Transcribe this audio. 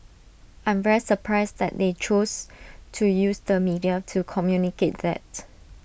I'm very surprised that they choose to use the media to communicate that